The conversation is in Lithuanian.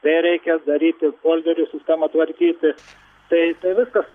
jei reikės daryti polderių sistemą tvarkyti tai tai viskas